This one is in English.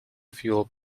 fuel